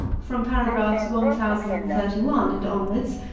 from paragraphs one thousand and thirty one and onwards,